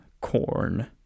corn